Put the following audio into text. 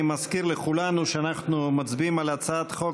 אני מזכיר לכולנו שאנחנו מצביעים על הצעת חוק